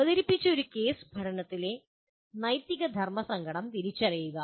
അവതരിപ്പിച്ച ഒരു കേസ് പഠനത്തിലെ നൈതിക ധർമ്മസങ്കടം തിരിച്ചറിയുക